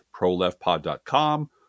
proleftpod.com